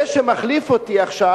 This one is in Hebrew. זה שמחליף אותי עכשיו,